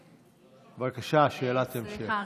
בבקשה, שאלת המשך.